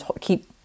keep